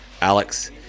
Alex